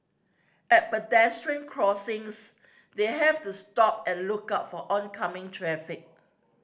at pedestrian crossings they have to stop and look out for oncoming traffic